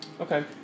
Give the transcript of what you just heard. Okay